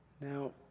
Now